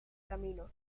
caminos